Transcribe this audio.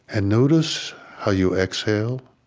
and notice how you exhale,